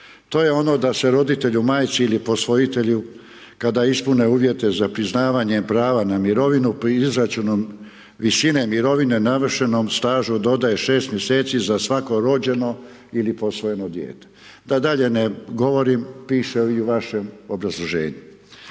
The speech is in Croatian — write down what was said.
to je ono da se roditelju, majci ili posvojitelju kada ispune uvjete za priznavanje prava na mirovinu pri izračunu visine mirovine navršenom stažu dodaje 6 mjeseci za svako rođeno ili posvojeno dijete. Da dalje govorim piše i u vašem obrazloženju.